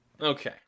Okay